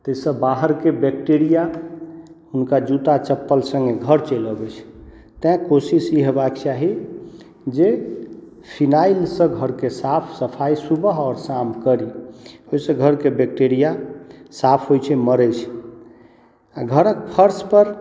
ताहिसँ बाहरके बेक्टेरिया हुनका जूता चप्पल सङ्गे घर चलि अबै छनि तैं कोशिश ई हेबाक चाही जे फिनाइलसँ घरके साफ सफाइ सुबह आओर शाम करि ओइसँ घरके बेक्टेरिया साफ होइ छै मरै छै आओर घरके फर्सपर